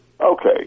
Okay